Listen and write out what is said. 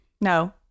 No